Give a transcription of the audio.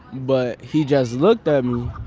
but he just looked at um